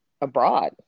abroad